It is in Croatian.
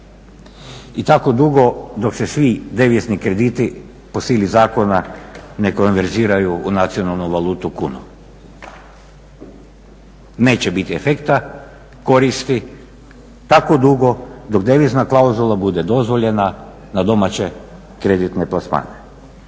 I tako dugo dok se svi devizni krediti po sili zakona ne konverziraju u nacionalnu valutu kunu. Neće biti efekta, koristi tako dugo dok devizna klauzula bude dozvoljena na domaće kreditne plasmane.